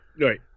Right